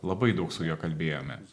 labai daug su juo kalbėjome